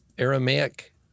Aramaic